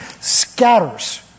scatters